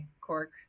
cork